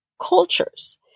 cultures